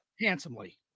handsomely